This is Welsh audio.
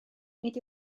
nid